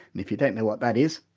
and if you don't know what that is,